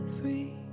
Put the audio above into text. free